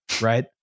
right